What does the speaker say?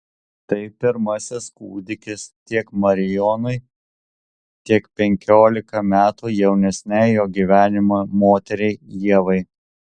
tai pirmasis kūdikis tiek marijonui tiek penkiolika metų jaunesnei jo gyvenimo moteriai ievai